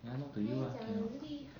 ya not to you ah cannot